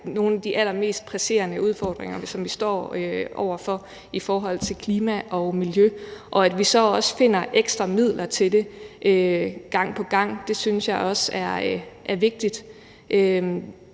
nogle af de allermest presserende udfordringer, vi står over for i forhold til klima og miljø, og at vi så også finder ekstra midler til det gang på gang, synes jeg også er vigtigt.